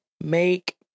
make